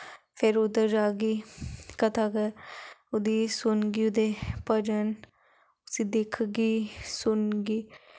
फिर उद्दर जागी कथा कर ओह्दी सुनगी उदे भजन उस्सी दिक्खगी सुनगी